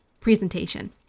presentation